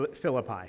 Philippi